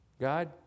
God